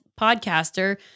podcaster